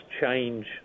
change